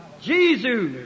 Jesus